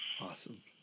awesome